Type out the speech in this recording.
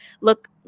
look